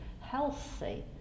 healthy